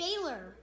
Baylor